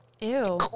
Ew